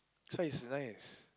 so it's nice